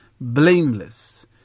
blameless